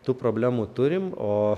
tu problemų turim o